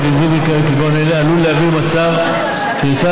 למיזוג במקרים כגון אלה עלול להביא למצב של קריסה